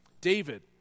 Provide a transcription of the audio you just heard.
David